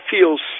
feels